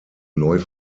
neu